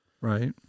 Right